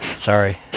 Sorry